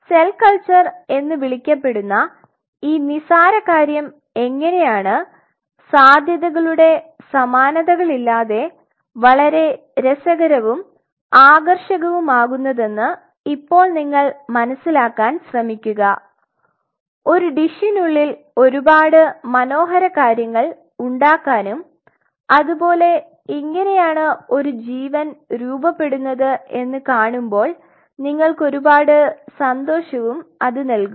cell culture എന്ന് വിളിക്കപ്പെടുന്ന ഈ നിസ്സാര കാര്യം എങ്ങനെയാണ് സാധ്യതകളുടെ സമാനതകളില്ലാതെ വളരെ രസകരവും ആകർഷകവുമാകുന്നതെന്ന് ഇപ്പോൾ നിങ്ങൾ മനസ്സിലാക്കാൻ ശ്രമിക്കുക ഒരു ഡിഷിനുള്ളിൽ ഒരുപാട് മനോഹര കാര്യങ്ങൾ ഉണ്ടാകാനാകും അതുപോലെ ഇങ്ങനാണ് ഒരു ജീവൻ രൂപപെടുന്നത് എന്ന് കാണുമ്പോൾ നിങ്ങൾക് ഒരുപാട് സന്തോഷവും അത് നൽകും